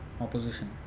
opposition